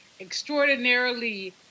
extraordinarily